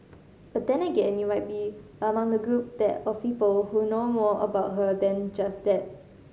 but then again you might be among the group there of people who know more about her than just that